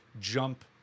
jump